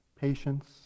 patience